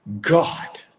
God